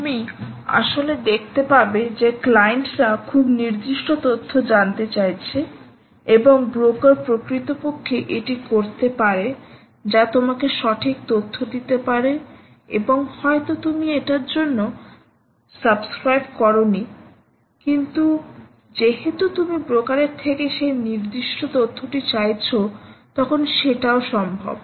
তুমি আসলে দেখতে পাবে যে ক্লায়েন্টরা খুব নির্দিষ্ট তথ্য জানতে চাইছে এবং ব্রোকার প্রকৃতপক্ষে এটি করতে পারে যা তোমাকে সঠিক তথ্য দিতে পারে এবং হয়তো তুমি এটার জন্য সাবস্ক্রাইব করোনি কিন্তু যেহেতু তুমি ব্রোকারের থেকে সেই নির্দিষ্ট তথ্যটি চাইছো তখন সেটাও সম্ভব